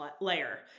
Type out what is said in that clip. layer